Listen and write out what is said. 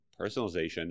personalization